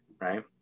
Right